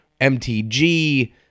MTG